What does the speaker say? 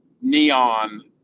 neon